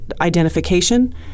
identification